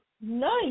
nice